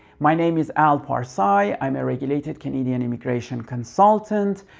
my name is al parsai i'm a regulated canadian immigration consultant.